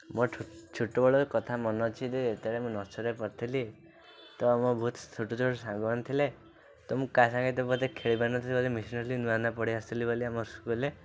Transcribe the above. ମୋର ଛୋ ଛୋଟବେଳ କଥା ମନେ ଅଛି ଯେ ଯେତେବେଳେ ମୁଁ ନର୍ସରୀରେ ପଢ଼ୁଥିଲି ତ ଆମ ବହୁତ ଛୋଟ ଛୋଟ ସାଙ୍ଗମାନେ ଥିଲେ ତ ମୁଁ କାହା ସାଙ୍ଗରେ ଏତେ ବୋଧେ ଖେଳି ପାରିନଥିଲି ମିଶି ନଥିଲି ନୂଆ ନୂଆ ପଢ଼ି ଆସିଥିଲି ବୋଲି ଆମ ସ୍କୁଲ୍ରେ